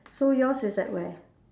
so yours is at where